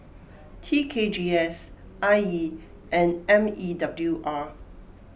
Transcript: T K G S I E and M E W R